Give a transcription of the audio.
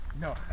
No